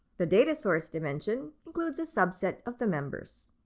the data source dimension includes a subset of the members,